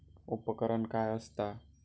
उपकरण काय असता?